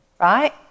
right